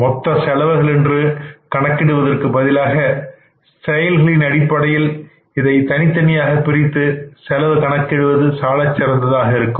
மொத்த செலவுகள் என்று கணக்கிடுவதற்கு பதிலாக செயல்களின் அடிப்படையில் இதை தனித்தனியாக பிரித்து செலவு கணக்கிடுவது சாலச் சிறந்ததாக இருக்கும்